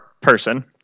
person